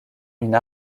une